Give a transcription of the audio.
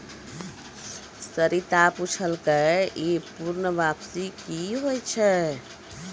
सरिता पुछलकै ई पूर्ण वापसी कि होय छै?